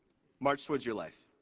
march towards your life.